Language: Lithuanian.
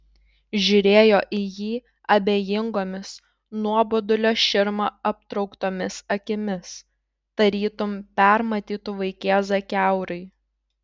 žiūrėjo į jį abejingomis nuobodulio širma aptrauktomis akimis tarytum permatytų vaikėzą kiaurai